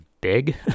big